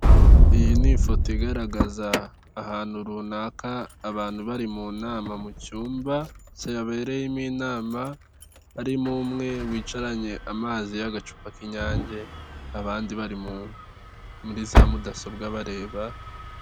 Iyi ni ifoto igaragaza ahantu runaka abantu bari mu nama mu cyumba cyabereyemo inama, harimo umwe wicaranye amazi y'agacupa k'inyange, abandi bari muri za mudasobwa bareba.